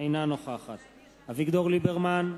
אינה נוכחת אביגדור ליברמן,